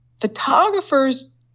Photographers